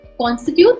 constitute